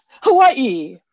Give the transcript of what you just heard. Hawaii